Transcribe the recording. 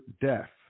death